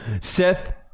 Seth